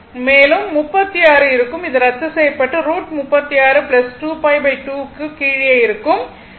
மேலும் 36 இருக்கும் அது ரத்துசெய்யப்பட்டு √36 2π 2 க்கு கீழ் இருக்கும்